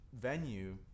venue